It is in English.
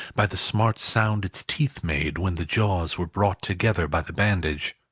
by the smart sound its teeth made, when the jaws were brought together by the bandage.